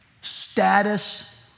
status